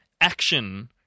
action